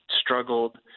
struggled